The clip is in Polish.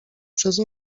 przez